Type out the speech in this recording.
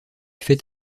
fait